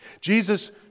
Jesus